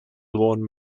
lawn